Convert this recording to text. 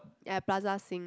ya Plaza-Sing